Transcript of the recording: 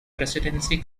presidency